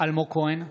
אלמוג כהן,